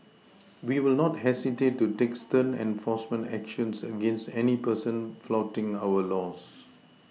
we will not hesitate to take stern enforcement actions against any person flouting our laws